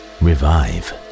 revive